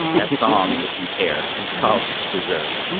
that song, if you care, was called deserve.